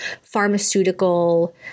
pharmaceutical